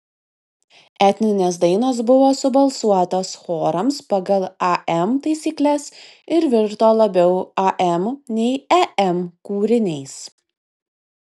etninės dainos buvo subalsuotos chorams pagal am taisykles ir virto labiau am nei em kūriniais